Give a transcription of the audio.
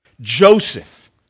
Joseph